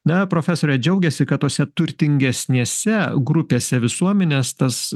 na profesorė džiaugėsi kad tose turtingesnėse grupėse visuomenės tas